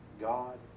God